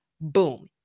Boom